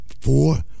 four